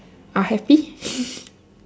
are happy